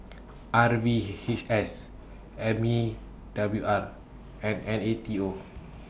R V H S M E W R and N A T O